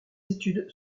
études